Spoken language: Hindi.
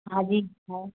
हाँ जी है